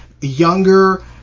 younger